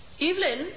Evelyn